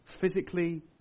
Physically